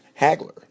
Hagler